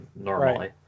normally